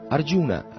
Arjuna